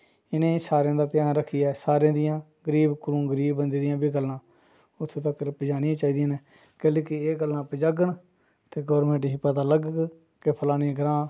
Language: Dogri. इ'नें सारें दा ध्यान रक्खियै सारें दियां गरीब कोलू गरीब बंदे दियां बी गल्लां उत्थें तक गल्लां पज़ानियां चाहिदियां न कल गी एह् गल्लां पज़ाङन ते गौरमैंट गी पता लग्गग कि फलाने ग्रांऽ